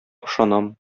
ышанам